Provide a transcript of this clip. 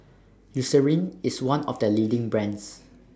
Eucerin IS one of The leading brands